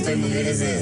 לא בלעדינו.